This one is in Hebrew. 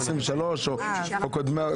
ה-23 או קודמותיה,